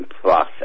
process